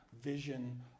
vision